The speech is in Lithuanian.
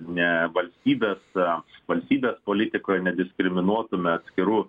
ne valstybės valstybės politikoj nediskriminuotume atskirų